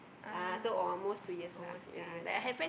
ah almost two years ah